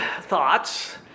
thoughts